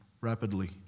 rapidly